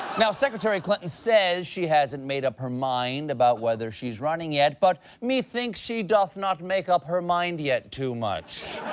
now, secretary clinton says she hasn't made up her mind about whether she's running yet, but me thinks she doth not make up her mind yet too much.